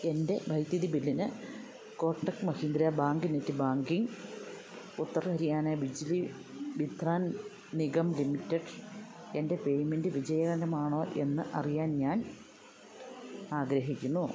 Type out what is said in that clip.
എൻ്റെ വൈദ്യുതി ബില്ലിന് കോട്ടക് മഹീന്ദ്ര ബാങ്ക് നെറ്റ്ബാങ്കിംഗ് വഴി ഉത്തർ ഹരിയാന ബിജ്ലി വിത്രാൻ നിഗം ലിമിറ്റഡിലേക്ക് എൻ്റെ പേയ്മെൻ്റ് വിജയകരമാണോ എന്നറിയാൻ ഞാനാഗ്രഹിക്കുന്നു